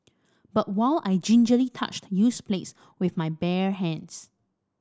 but while I gingerly touched used plates with my bare hands